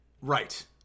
Right